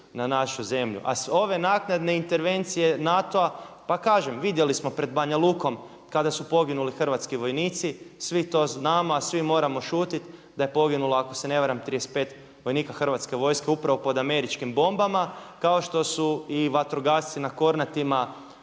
na našu zemlju. A ove naknadne intervencije NATO-a, pa kažem vidjeli smo pred Banja Lukom kada su poginuli hrvatski vojnici, svi to znamo a svi moramo šutjeti da je poginulo ako se na varam 35 vojnika hrvatske vojske upravo pod američkim bombama, kao što su i vatrogasci na Kornatima